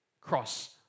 cross